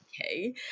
okay